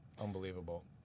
unbelievable